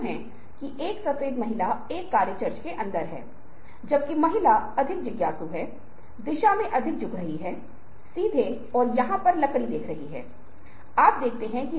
क्या होता है कि बार बार कुछ इस आशा के साथ दोहराया जाता है कि लोग इस पर विश्वास करने के लिए मजबूर हो जाएंगे अधिक डॉक्टर किसी भी अन्य सिगरेट की तुलना में ऊंट धूम्रपान करते हैं